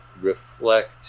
reflect